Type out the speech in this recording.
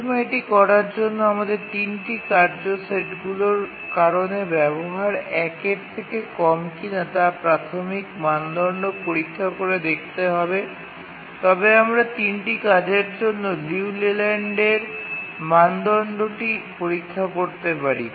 প্রথমে এটি করার জন্য আমাদের ৩ টি কার্য সেটগুলির কারণে ব্যবহার ১ এর থেকে কম কিনা তা প্রাথমিক মানদণ্ড পরীক্ষা করে দেখতে হবে তবে আমরা ৩ টি কাজের জন্য লিউ লেল্যান্ড মানদণ্ডটি পরীক্ষা করতে পারি